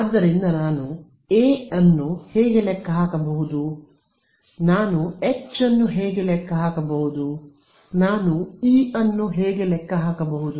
ಆದ್ದರಿಂದ ನಾನು ಎ ಅನ್ನು ಹೇಗೆ ಲೆಕ್ಕ ಹಾಕಬಹುದು ನಾನು ಎಚ್ ಅನ್ನು ಹೇಗೆ ಲೆಕ್ಕ ಹಾಕಬಹುದು ನಾನು ಇ ಅನ್ನು ಹೇಗೆ ಲೆಕ್ಕ ಹಾಕಬಹುದು